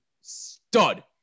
stud